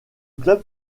club